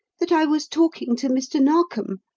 that i was talking to mr. narkom.